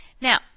Now